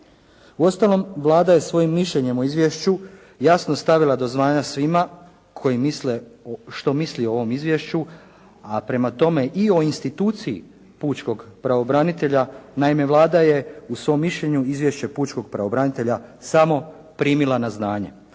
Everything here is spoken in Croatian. Uostalom Vlada je svojim mišljenjem o izvješću jasno stavila do znanja svima koji misle, što misli o ovom izvješću a prema tome i o instituciji pučkog pravobranitelja. Naime Vlada je u svom mišljenju izvješće pučkog pravobranitelja samo primila na znanje